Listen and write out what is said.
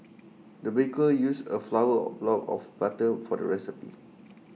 the baker used A flower block of butter for the recipe